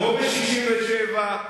כמו ב-1967,